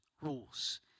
rules